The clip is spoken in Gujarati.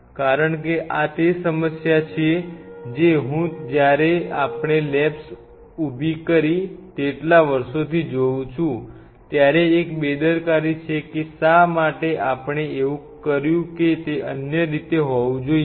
કારણ કે આ તે સમસ્યા છે જે હું જ્યારે આપણે લેબ્સ ઉભી કરી તેટલા વર્ષોથી જોવું છું ત્યારે એક બેદરકારી છે કે શા માટે આપણે એવું કર્યું કે તે અન્ય રીતે હોવું જોઈએ